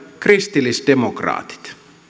kristillisdemokraatit